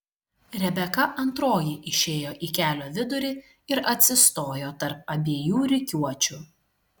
rebeka antroji išėjo į kelio vidurį ir atsistojo tarp abiejų rikiuočių